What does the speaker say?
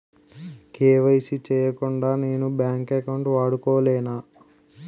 KYC చేయకుండా నేను bank account వాడుకొలేన?